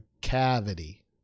cavity